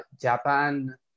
Japan